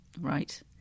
Right